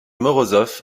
morozov